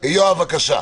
יואב, בבקשה.